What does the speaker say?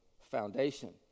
foundation